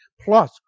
plus